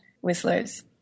whistlers